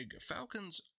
Falcons